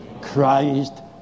Christ